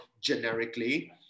generically